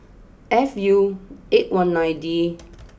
F U eight one nine D